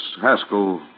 Haskell